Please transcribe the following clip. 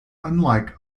unlike